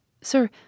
Sir